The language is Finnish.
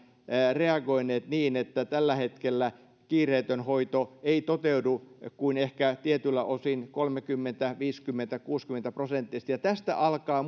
reagoineet niin että tällä hetkellä kiireetön hoito ei toteudu kuin ehkä tietyiltä osin kolmekymmentä viisikymmentä kuusikymmentä prosenttisesti ja tästä alkaa